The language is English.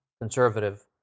conservative